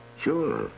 Sure